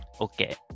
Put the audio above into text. Okay